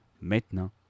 maintenant